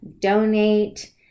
donate